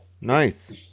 Nice